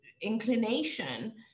inclination